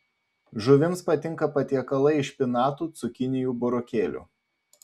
žuvims patinka patiekalai iš špinatų cukinijų burokėlių